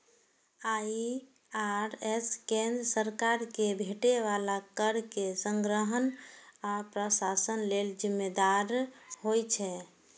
IRS केंद्र सरकार कें भेटै बला कर के संग्रहण आ प्रशासन लेल जिम्मेदार होइ छै